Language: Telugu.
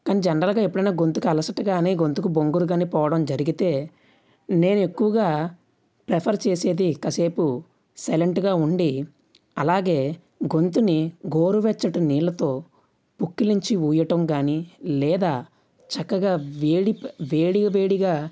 కానీ జనరల్గా ఎప్పుడైనా గొంతుకు అలసట ని గొంతుకు బొంగురు కాని పోవడం జరిగితే నేను ఎక్కువగా ప్రిఫర్ చేసేది కాసేపు సైలెంట్గా ఉండి అలాగే గొంతుని గోరువెచ్చటి నీళ్ళతో పుక్కిలించి ఊయటం కాని లేదా చక్కగా వేడి వేడి వేడిగా